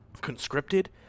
conscripted